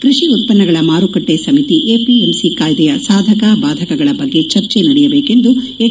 ಕ್ಕೆಡಿ ಉತ್ಸನ್ನಗಳ ಮಾರುಕಟ್ಟೆ ಸಮಿತಿ ಎಪಿಎಂಸಿ ಕಾಯ್ದೆಯ ಸಾಧಕ ಬಾಧಕಗಳ ಬಗ್ಗೆ ಚರ್ಚೆ ನಡೆಯಬೇಕೆಂದು ಎಚ್